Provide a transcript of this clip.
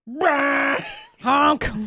Honk